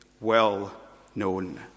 well-known